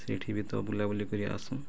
ସେଇଠି ବି ତ ବୁଲାବୁଲି କରି ଆସୁ